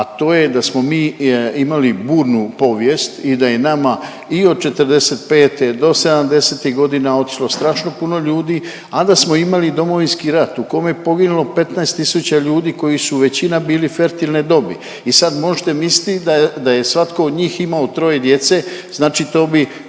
a to je da smo mi imali burnu povijest i da je nama i od '45. do '70.-tih godina otišlo strašno puno ljudi, a da smo imali Domovinski rat u kome je poginulo 15 tisuća ljudi koji su većina bili fertilne dobi i sad možete misliti da je, da je svatko od njih imao troje djece, znači to bi